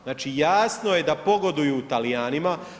Znači, jasno je da pogoduju Talijanima.